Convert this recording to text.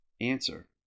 Answer